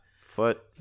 Foot